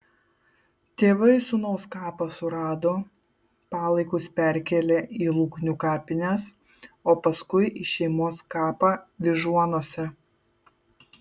tėvai sūnaus kapą surado palaikus perkėlė į luknių kapines o paskui į šeimos kapą vyžuonose